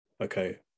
okay